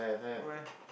where